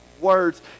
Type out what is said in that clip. words